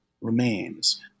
remains